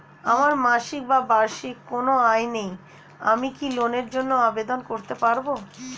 আমার মাসিক বা বার্ষিক কোন আয় নেই আমি কি লোনের জন্য আবেদন করতে পারব?